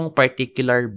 particular